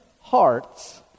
hearts